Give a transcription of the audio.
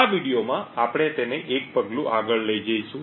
આ વિડિઓમાં આપણે તેને એક પગલું આગળ લઈ જઈશું